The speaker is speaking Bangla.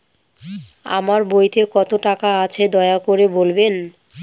আমার বইতে কত টাকা আছে দয়া করে বলবেন?